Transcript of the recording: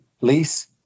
lease